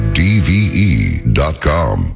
dve.com